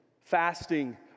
fasting